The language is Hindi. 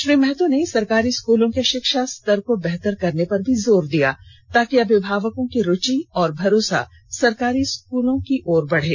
श्री महतो ने सरकारी स्कूलों के षिक्षा स्तर को बेहतर करने पर भी जोर दिया ताकि अभिभावकों की रूचि और भरोसा सरकारी स्कूलों कि ओर बढ़े